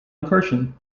recursion